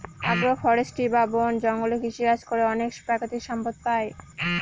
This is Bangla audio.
আগ্র ফরেষ্ট্রী বা বন জঙ্গলে কৃষিকাজ করে অনেক প্রাকৃতিক সম্পদ পাই